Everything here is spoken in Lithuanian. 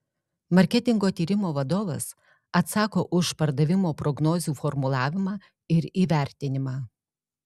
marketingo tyrimo vadovas atsako už pardavimo prognozių formulavimą ir įvertinimą